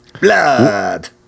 Blood